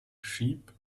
sheep